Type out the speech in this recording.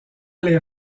les